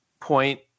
point